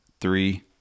three